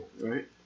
right